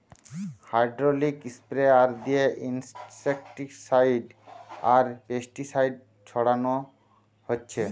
hydraulic sprayer দিয়ে insecticide আর pesticide ছোড়ানা হচ্ছে